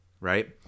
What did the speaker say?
right